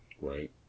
Right